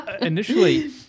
initially